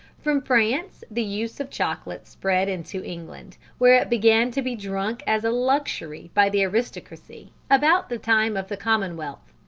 from france the use of chocolate spread into england, where it began to be drunk as a luxury by the aristocracy about the time of the commonwealth.